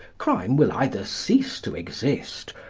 crime will either cease to exist,